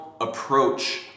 approach